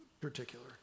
particular